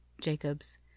Jacobs